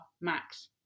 Max